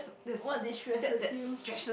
what did stresses you